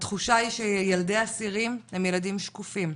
התחושה היא שילדי אסירים הם ילדים שקופים,